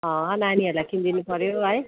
अँ नानीहरूलाई किनिदिनु पऱ्यो है